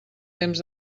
temps